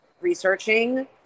researching